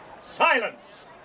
silence